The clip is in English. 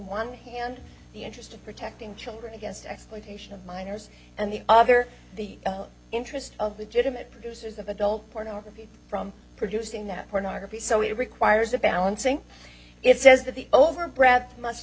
one hand the interest of protecting children against exploitation of minors and the other the interest of the judum and producers of adult pornography from producing that pornography so it requires a balancing it says that the overbred must